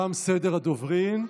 תם סדר הדוברים.